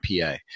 PA